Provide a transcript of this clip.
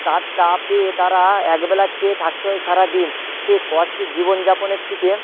তার তাপে তারা একবেলা খেয়ে থাকতে হয় সারাদিন সে কষ্টে জীবনযাপনের থেকে